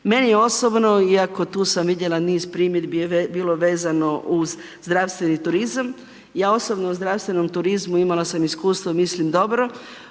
Meni osobno iako tu sam vidjela niz primjedbi bilo vezano uz zdravstveni turizam. Ja osobno o zdravstvenom turizmu imala sam iskustvo mislim dobro.